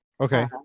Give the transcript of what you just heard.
okay